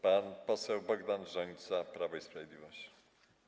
Pan poseł Bogdan Rzońca, Prawo i Sprawiedliwość.